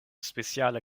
speciale